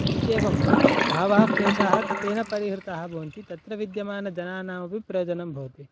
इत्येवं बहवः क्लेशाः तेन परिहृताः भवन्ति तत्र विद्यमानजनानामपि प्रयोजनं भवति